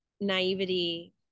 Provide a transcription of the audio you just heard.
naivety